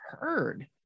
heard